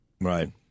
Right